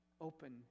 open